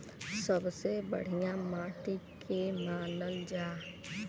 सबसे बढ़िया माटी के के मानल जा?